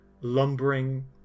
lumbering